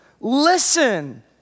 listen